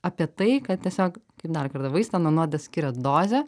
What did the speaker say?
apie tai kad tiesiog kaip dar kartą vaistą nuo nuodo skiria dozė